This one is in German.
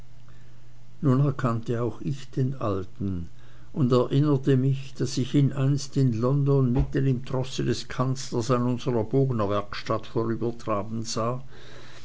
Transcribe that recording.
nun erkannte auch ich den alten und erinnerte mich daß ich ihn einst in london mitten im trosse des kanzlers an unsrer bognerwerkstatt vorübertraben sah